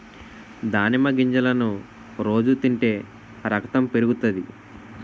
దానిమ్మ గింజలను రోజు తింటే రకతం పెరుగుతాది